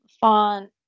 font